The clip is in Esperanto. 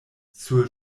sur